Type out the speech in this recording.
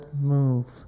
move